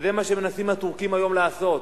וזה מה שמנסים הטורקים היום לעשות,